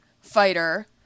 fighter